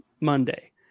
Monday